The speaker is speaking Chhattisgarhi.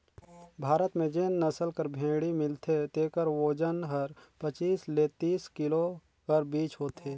भारत में जेन नसल कर भेंड़ी मिलथे तेकर ओजन हर पचीस ले तीस किलो कर बीच होथे